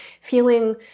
feeling